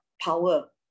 power